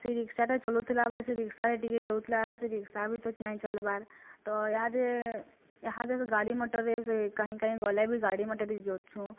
ସେ ରିକ୍ସାଟା ଚଲଉଥିଲା ବେଳେ ସେ ରିକ୍ସାରେ ଟିକେ ଯଉଥିଲା ସେ ରିକ୍ସା ବି ତ ନାଇଁ ଚାଲବାର୍ ତ ଏହାଦେ ଏହାଦେ ଗାଡ଼ି ମଟର୍ ଏସେ କାଇଁ କାଇଁ ଗଲେ ବି ଗାଡ଼ି ମଟର ରେ ଯୋଉଛୁଁ